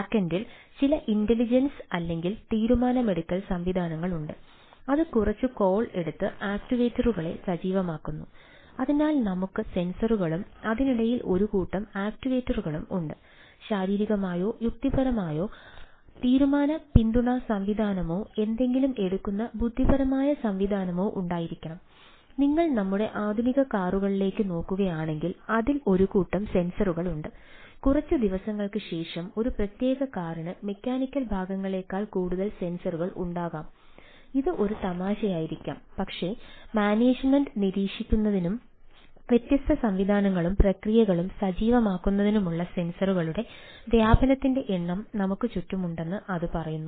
ബാക്ക്എൻഡിൽ വ്യാപനത്തിന്റെ എണ്ണം നമുക്ക് ചുറ്റുമുണ്ടെന്ന് അത് പറയുന്നു